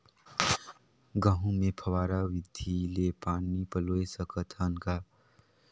गहूं मे फव्वारा विधि ले पानी पलोय सकत हन का?